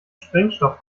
sprengstoff